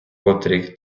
котрий